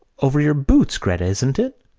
over your boots, gretta, isn't it?